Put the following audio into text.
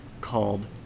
called